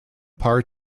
part